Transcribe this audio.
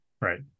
right